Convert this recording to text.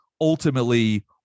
ultimately